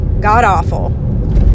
god-awful